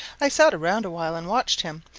i sat around awhile and watched him,